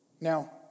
Now